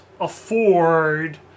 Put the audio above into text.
afford